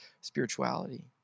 spirituality